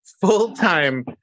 full-time